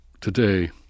today